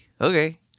okay